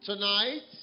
Tonight